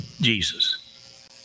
Jesus